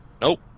Nope